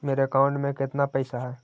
मेरे अकाउंट में केतना पैसा है?